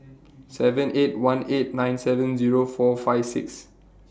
seven eight one eight nine seven Zero four five six